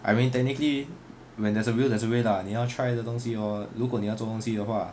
I mean technically when there's a will there's a way lah 你要 try 的东西 hor 如果你要做东西的话